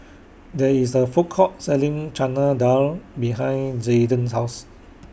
There IS A Food Court Selling Chana Dal behind Zayden's House